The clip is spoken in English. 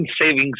Savings